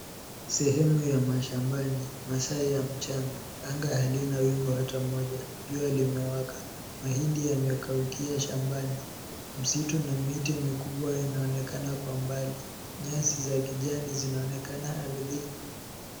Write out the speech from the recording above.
Sehemu ya mashambani, masaa ya mchana. Anga halina wingu hata moja. Jua limewaka. Mahindi yamekaukia shambani. Msitu na miti mikubwa inaonekana kwa mbali. Nyasi za kijani zinaonekana ardhini.